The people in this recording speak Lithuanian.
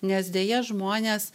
nes deja žmonės